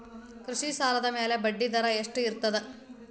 ಕೃಷಿ ಸಾಲದ ಮ್ಯಾಲೆ ಬಡ್ಡಿದರಾ ಎಷ್ಟ ಇರ್ತದ?